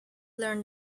learn